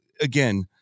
again